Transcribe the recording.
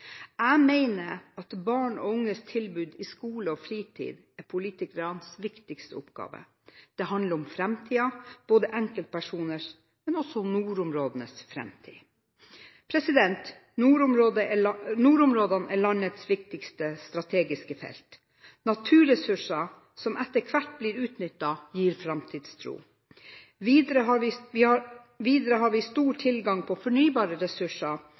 Jeg mener at barn og unges tilbud i skole og fritid er politikernes viktigste oppgave. Det handler om framtiden – enkeltpersoners, men også nordområdenes framtid. Nordområdene er landets viktigste strategiske felt. Naturressurser som etter hvert blir utnyttet, gir framtidstro. Videre har vi stor tilgang på fornybare ressurser